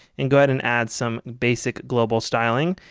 and go ahead and add some basic global styling.